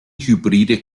hybride